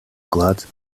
вклад